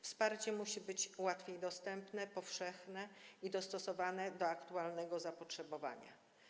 Wsparcie musi być łatwiej dostępne, powszechne i dostosowane do aktualnego zapotrzebowania.